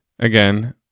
Again